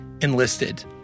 enlisted